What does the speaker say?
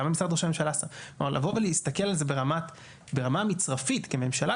כמה משרד ראש הממשלה שם לבוא ולהסתכל על זה ברמה מצרפית כממשלה,